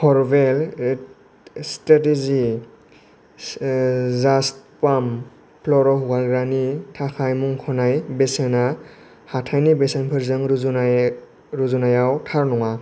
हारबेल strategy जास्ट मप फ्ल'र हुगारग्रानि थाखाय मुंख'नाय बेसेना हाथायनि बेसेनफोरजों रुजुनायाव थार नङा